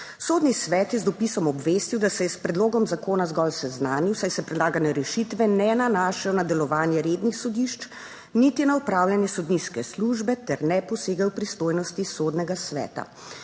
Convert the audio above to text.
Sodni svet je z dopisom obvestil, da se je s predlogom zakona zgolj seznanil, saj se predlagane rešitve ne nanašajo na delovanje rednih sodišč, niti na opravljanje sodniške službe ter ne posegajo v pristojnosti Sodnega sveta.